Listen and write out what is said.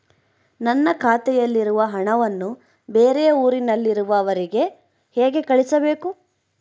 ನನ್ನ ಖಾತೆಯಲ್ಲಿರುವ ಹಣವನ್ನು ಬೇರೆ ಊರಿನಲ್ಲಿರುವ ಅವರಿಗೆ ಹೇಗೆ ಕಳಿಸಬೇಕು?